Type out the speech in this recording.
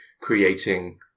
creating